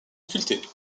sculpté